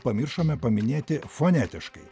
pamiršome paminėti fonetiškai